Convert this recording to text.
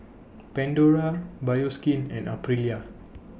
Pandora Bioskin and Aprilia